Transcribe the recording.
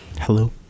Hello